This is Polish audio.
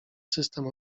system